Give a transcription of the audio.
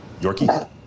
Yorkie